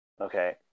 okay